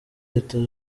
leta